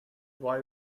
why